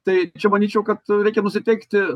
tai čia manyčiau kad reikia nusiteikti